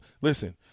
Listen